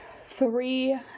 three